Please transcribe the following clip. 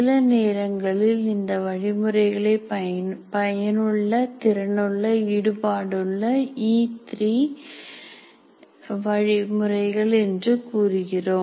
சில நேரங்களில் இந்த வழிமுறைகளை பயனுள்ள திறனுள்ள ஈடுபாடு உள்ள இ3 வழிமுறைகள் என்று கூறுகிறோம்